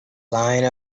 line